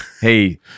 hey